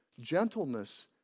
Gentleness